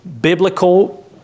biblical